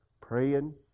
praying